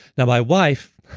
now my wife,